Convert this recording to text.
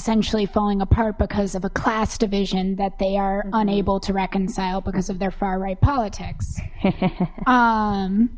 sentially falling apart because of a class division that they are unable to reconcile because of their far right politics um